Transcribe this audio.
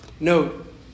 Note